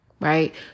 right